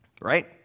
right